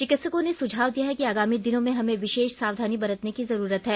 चिकित्सकों ने सुझाव दिया है कि आगामी दिनों में हमे विशेष सावधानी बरतने की जरूरत है